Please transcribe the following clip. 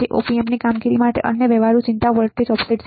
Op amp કામગીરી માટે અન્ય વ્યવહારુ ચિંતા વોલ્ટેજ ઓફસેટ છે